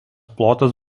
plotas